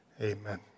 amen